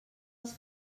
als